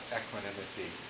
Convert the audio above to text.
equanimity